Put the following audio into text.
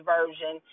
Version